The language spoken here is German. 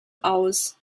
aus